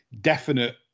definite